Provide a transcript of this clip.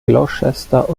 gloucester